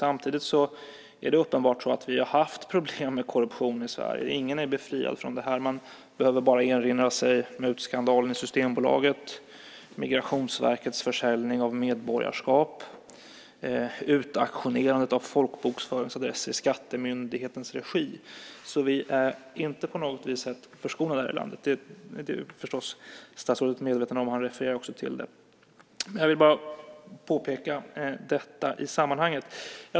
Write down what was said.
Samtidigt är det uppenbart så att vi har haft problem med korruption i Sverige. Ingen är befriad från detta. Man behöver bara erinra sig mutskandalen i Systembolaget, Migrationsverkets försäljning av medborgarskap och utauktionerandet av folkbokföringsadresser i skattemyndighetens regi. Så vi är inte på något sätt förskonade från detta i det här landet. Det är statsrådet förstås medveten om, och han refererar också till det. Jag vill bara påpeka detta i sammanhanget.